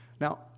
Now